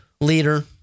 leader